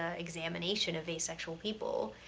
ah examination of asexual people,